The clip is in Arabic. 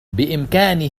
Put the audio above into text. بإمكانه